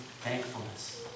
thankfulness